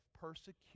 persecution